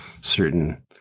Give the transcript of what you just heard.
certain